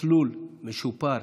ובמסלול משופר,